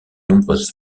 nombreuses